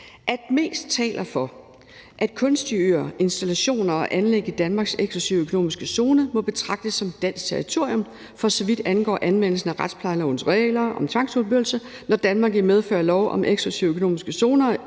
»at mest taler for, at kunstige øer, installationer og anlæg i Danmarks eksklusive økonomiske zone må betragtes som dansk territorium for så vidt angår anvendelsen af retsplejelovens regler om tvangsfuldbyrdelse, når Danmark i medfør af lov om eksklusive økonomiske zoner